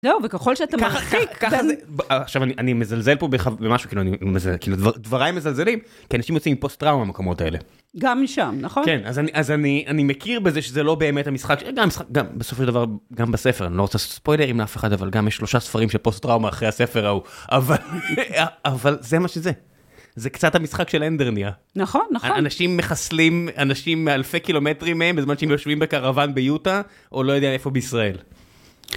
וככל שאתה מחזיק. עכשיו אני מזלזל פה במשהו כאילו דבריים מזלזלים, כי אנשים יוצאים עם פוסט טראומה במקומות האלה. גם משם נכון? כן, אז אני מכיר בזה שזה לא באמת המשחק, גם בסופו של דבר בספר, אני לא רוצה ספוילר עם אף אחד, אבל גם יש שלושה ספרים של פוסט טראומה אחרי הספר ההוא, אבל זה מה שזה. זה קצת המשחק של אנדרניה. נכון, נכון. אנשים מחסלים, אנשים מאלפי קילומטרים מהם, בזמן שהם יושבים בקרבן ביוטה, או לא יודע איפה בישראל.